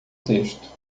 texto